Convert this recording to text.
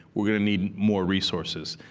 we're going to need more resources.